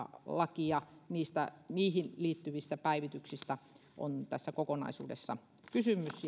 lakia niihin liittyvistä päivityksistä on tässä kokonaisuudessa kysymys